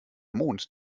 mond